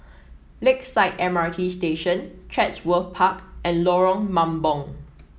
Lakeside M R T Station Chatsworth Park and Lorong Mambong